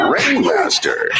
Rainmaster